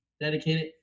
dedicated